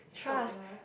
help lah